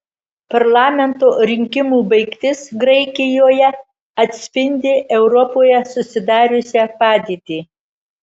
parlamento rinkimų baigtis graikijoje atspindi europoje susidariusią padėtį